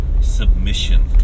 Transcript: submission